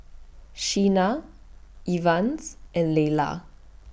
Sheena Evans and Layla